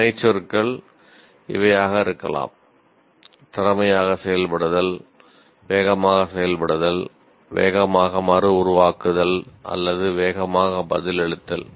வினைச்சொற்கள் இவையாக இருக்கலாம் திறமையாக செயல்படுதல் வேகமாக செயல்படுதல் வேகமாக மறு உருவாக்குதல் அல்லது வேகமாக பதிலளித்தல்